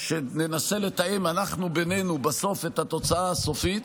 שננסה אנחנו לתאם בינינו בסוף את התוצאה הסופית.